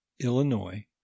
Illinois